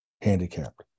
handicapped